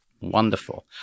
Wonderful